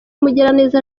mugiraneza